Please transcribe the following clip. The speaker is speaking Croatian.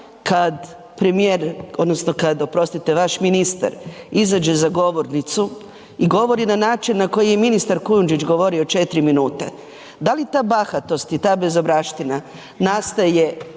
kad premijer odnosno kad, oprostite, vaš ministar izađe za govornicu i govori na način na koji je i ministar Kujundžić govorio 4 minute, da li ta bahatost i ta bezobraština nastaje